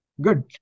Good